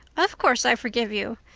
of course i forgive you.